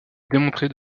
démontrer